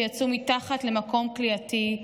שיצאו מתחת למקום כליאתי,